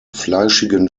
fleischigen